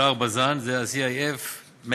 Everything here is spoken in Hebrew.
שער בז"ן, זה ה-CIF-MED,